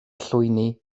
llwyni